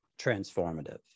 transformative